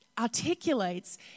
articulates